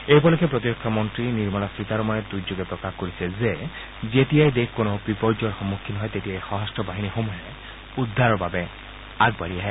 এই উপলক্ষে প্ৰতিৰক্ষা মন্তী নিৰ্মলা সীতাৰমণে টুইটযোগে প্ৰকাশ কৰিছে যে যেতিয়াই দেশ কোনো বিপৰ্যয়ৰ সন্মুখীন হয় তেতিয়াই সশস্ত্ৰ বাহিনীসমূহে উদ্ধাৰৰ বাবে আগবাঢ়ি আহে